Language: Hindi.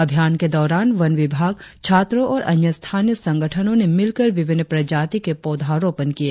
अभियान के दौरान वनविभाग छात्रो और अन्य स्थानीय संगठनो ने मिलकर विभिन्न प्रजाति के पौधारोपण किए